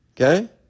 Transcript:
Okay